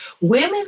Women